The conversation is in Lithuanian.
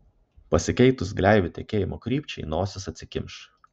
pasikeitus gleivių tekėjimo krypčiai nosis atsikimš